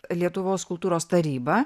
lietuvos kultūros taryba